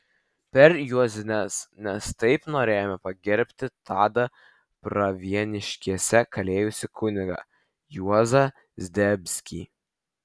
per juozines nes taip norėjome pagerbti tada pravieniškėse kalėjusi kunigą juozą zdebskį